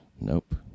Nope